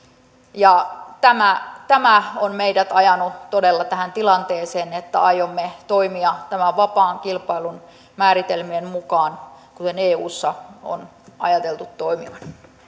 tämä tämä on meidät ajanut todella tähän tilanteeseen että aiomme toimia tämän vapaan kilpailun määritelmien mukaan kuten eussa on ajateltu toimittavan